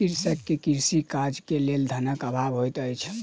कृषक के कृषि कार्य के लेल धनक अभाव होइत अछि